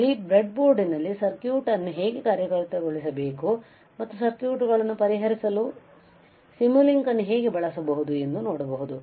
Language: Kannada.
ಅಲ್ಲಿ ಬ್ರೆಡ್ಬೋರ್ಡ್ನಲ್ಲಿ ಸರ್ಕ್ಯೂಟ್ ಅನ್ನು ಹೇಗೆ ಕಾರ್ಯಗತಗೊಳಿಸಬೇಕು ಮತ್ತು ಸರ್ಕ್ಯೂಟ್ಗಳನ್ನು ಪರಿಹರಿಸಲು ಸಿಮುಲಿಂಕ್ ಅನ್ನು ಹೇಗೆ ಬಳಸುವುದು ಎಂದು ನೋಡಬಹುದು